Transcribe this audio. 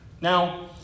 Now